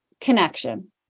connection